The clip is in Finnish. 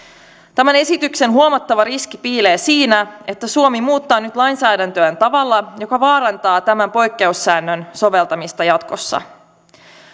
tämän esityksen huomattava riski piilee siinä että suomi muuttaa nyt lainsäädäntöään tavalla joka vaarantaa tämän poikkeussäännön soveltamista jatkossa